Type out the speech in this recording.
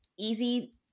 easy